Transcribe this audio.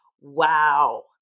Wow